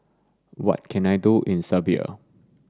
what can I do in Serbia